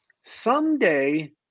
someday